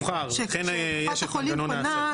שקופת החולים פונה,